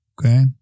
Okay